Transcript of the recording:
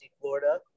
Florida